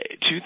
two